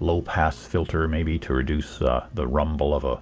low-pass filter maybe to reduce the rumble of ah